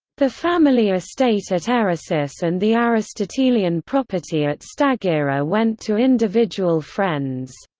the family estate at eresus and the aristotelian property at stagira went to individual friends.